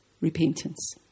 repentance